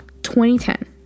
2010